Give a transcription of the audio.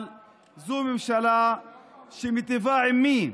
אבל זו ממשלה שמיטיבה עם מי?